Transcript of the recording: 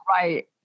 right